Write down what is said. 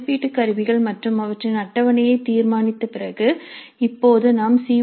மதிப்பீட்டு கருவிகள் மற்றும் அவற்றின் அட்டவணையை தீர்மானித்த பிறகு இப்போது நாம் சி